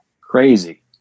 crazy